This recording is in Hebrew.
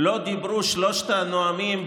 לא דיברו שלושת הנואמים,